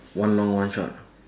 one long one short